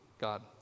God